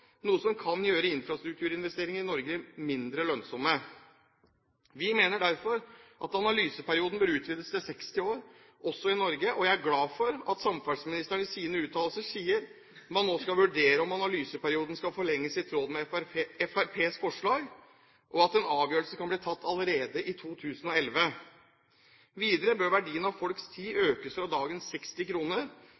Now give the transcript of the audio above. noe som kan gjøre infrastrukturinvesteringer i Norge mindre lønnsomme. Vi mener derfor at analyseperioden bør utvides til 60 år også i Norge. Jeg er glad for at samferdselsministeren i sine uttalelser sier at man nå skal vurdere om analyseperioden skal forlenges i tråd med Fremskrittspartiets forslag, og at en avgjørelse kan bli tatt allerede i 2011. Videre bør verdien av folks tid